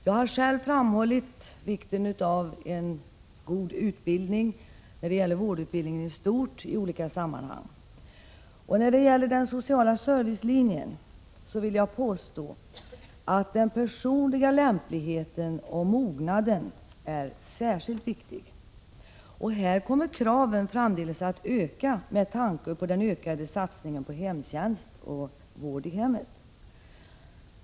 Jag har själv i olika sammanhang framhållit vikten av en god utbildning när det gäller vårdutbildningen i stort. Jag vill påstå att kraven på personlig lämplighet och mognad är särskilt viktiga när det gäller den sociala servicelinjen. Dessa krav kommer framdeles att öka med tanke på den ökade satsningen på hemtjänst och vård i hemmet.